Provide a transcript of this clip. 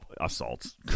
assaults